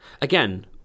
Again